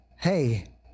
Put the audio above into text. Hey